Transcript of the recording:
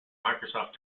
microsoft